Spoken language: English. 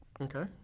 Okay